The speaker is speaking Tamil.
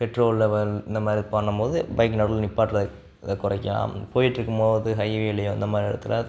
பெட்ரோல் லெவல் இந்த மாதிரி பண்ணும்போது பைக் நடுவில் நிற்பாட்றத குறைக்காம் போய்கிட்ருக்கும்போது ஹைவேலேயும் இந்த மாதிரி இடத்துல